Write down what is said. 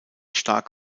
stark